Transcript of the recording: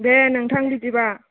दे नोंथां बिदिबा